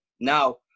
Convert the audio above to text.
now